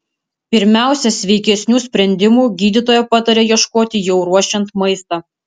pirmiausia sveikesnių sprendimų gydytoja pataria ieškoti jau ruošiant maistą